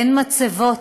אין מצבות.